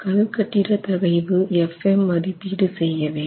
கல் கட்டிட தகைவு fm மதிப்பீடு செய்ய வேண்டும்